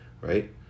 right